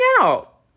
out